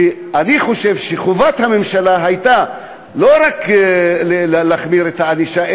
אני חושב שחובת הממשלה הייתה לא רק להחמיר את הענישה,